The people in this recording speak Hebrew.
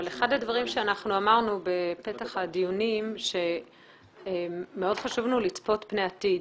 אבל בפתח הדיונים אמרנו שמאוד חשוב לנו לצפות פני עתיד.